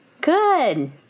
Good